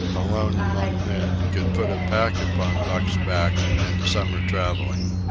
alone among men, could put a pack upon buck's back in the summer travelling.